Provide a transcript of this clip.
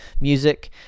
music